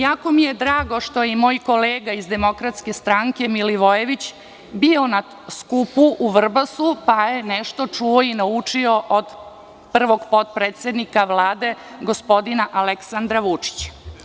Jako mi je drago što je moj kolega iz DS, Milivojević, bio na skupu u Vrbasu, pa je nešto čuo i naučio od prvog potpredsednika Vlade, gospodina Aleksandra Vučića.